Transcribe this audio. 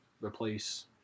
replace